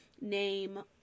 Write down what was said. name